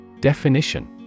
Definition